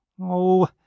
Oh